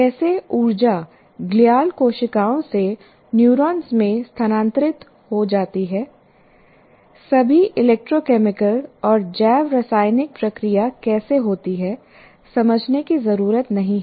कैसे ऊर्जा ग्लियाल कोशिकाओं से न्यूरॉन्स में स्थानांतरित हो जाती है सभी इलेक्ट्रोकेमिकल और जैव रासायनिक प्रक्रिया कैसे होती है समझने की जरूरत नहीं है